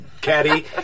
caddy